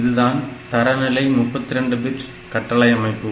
இதுதான் தரநிலை 32 பிட் கட்டளை அமைப்பு